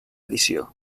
edició